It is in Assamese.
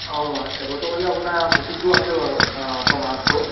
অঁ এবছৰ কৰিলে আপোনাৰ প্ৰফিটটো আছে বাৰু ছমাহতকৈ